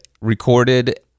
recorded